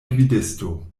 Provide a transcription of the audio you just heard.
gvidisto